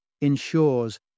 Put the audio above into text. ensures